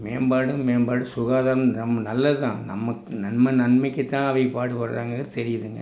மேம்பாடு மேம்பாடு சுகாதாரம் ரொம்ப நல்லது தான் நமக்கு நம்ம நன்மைக்கு தான் அவக பாடுபடறாங்கறது தெரியுதுங்க